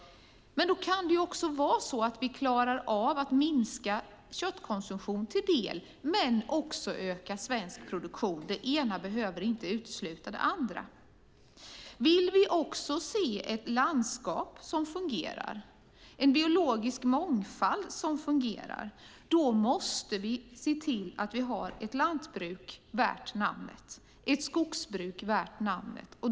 Det kan också vara så att vi klarar av att minska köttkonsumtionen en del och öka svensk produktion. Det ena behöver inte utesluta det andra. Vill vi också se ett landskap som fungerar och en biologisk mångfald som fungerar måste vi se till att vi har ett lantbruk värt namnet och ett skogsbruk värt namnet.